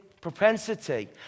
propensity